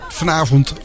vanavond